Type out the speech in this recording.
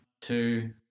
two